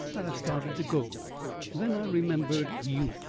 that i started to go then i remembered you,